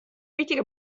wichtiger